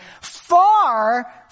far